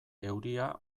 euria